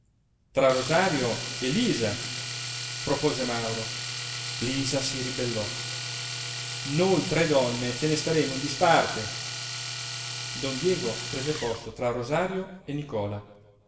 tra rosario e lisa propose mauro lisa si ribellò noi tre donne ce ne staremo in disparte don diego prese posto tra rosario e nicola